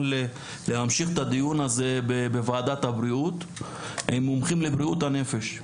להמשיך את הדיון הזה בוועדת הבריאות עם מומחים לבריאות הנפש,